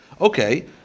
Okay